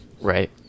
Right